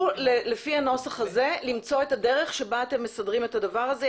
לפי הנוסח הזה אתם תצטרכו למצוא את הדרך בה אתם מסדרים את הדבר הזה.